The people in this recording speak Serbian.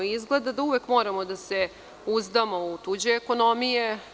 Izgleda da uvek moramo da se uzdamo u tuđe ekonomije.